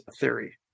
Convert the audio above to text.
theory